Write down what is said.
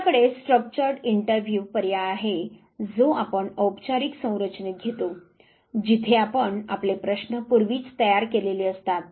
आपल्याकडे structured interview पर्याय आहे जो आपण औपचारिक संरचनेत घेतो जिथे आपण आपले प्रश्न पूर्वीच तयार केलेले असतात